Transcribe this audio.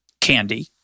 candy